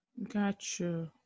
Gotcha